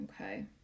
okay